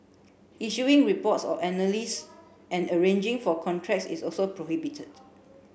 issuing reports or and arranging for contracts is also prohibited